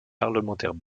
parlementaires